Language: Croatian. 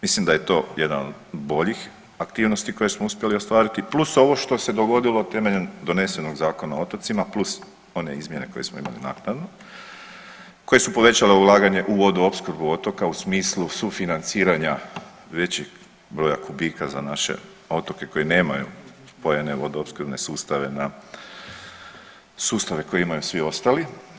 Mislim da je to jedan od boljih aktivnosti koje smo uspjeli ostvariti plus ovo što se dogodilo temeljem donesenog Zakona o otocima, plus one izmjene koje smo imali naknadno koje su povećale ulaganje u vodoopskrbu otoka u smislu sufinanciranja većeg broja kubika za naše otoke koji nemaju spojene vodoopskrbne sustave na sustave koje imaju svi ostali.